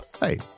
Hey